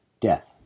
death